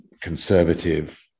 conservative